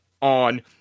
on